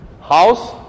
house